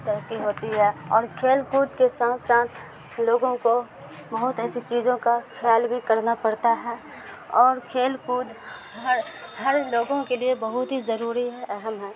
ترقی ہوتی ہے اور کھیل کود کے ساتھ ساتھ لوگوں کو بہت ایسی چیزوں کا خیال بھی کرنا پڑتا ہے اور کھیل کود ہر ہر لوگوں کے لیے بہت ہی ضروری ہے اہم ہے